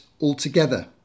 altogether